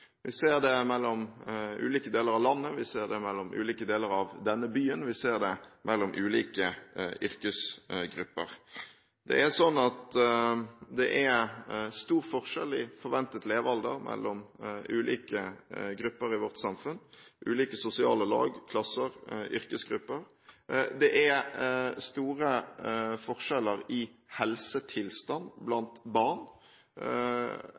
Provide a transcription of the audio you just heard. Vi ser det mellom ulike deler av landet, vi ser det mellom ulike deler av denne byen, og vi ser det mellom ulike yrkesgrupper. Det er stor forskjell i forventet levealder mellom ulike grupper i vårt samfunn, ulike sosiale lag, klasser, yrkesgrupper. Det er store forskjeller i helsetilstanden blant barn